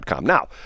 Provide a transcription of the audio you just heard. Now